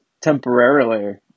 temporarily